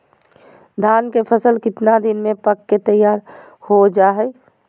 धान के फसल कितना दिन में पक के तैयार हो जा हाय?